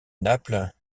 naples